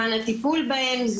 זמן הטיפול בהן,